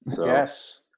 Yes